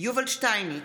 יובל שטייניץ,